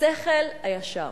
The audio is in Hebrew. השכל הישר.